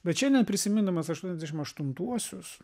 bet šiandien prisimindamas aštuoniasdešim aštuntuosius